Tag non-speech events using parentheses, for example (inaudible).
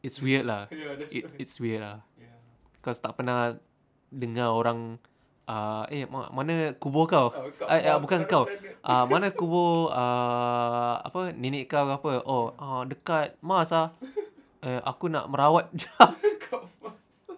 it's weird lah it it's weird ah cause tak pernah dengar orang ah eh mana kubur kau bukan kau ah mana kubur apa nenek kau ke apa oh dekat mars ah aku nak merawat (laughs)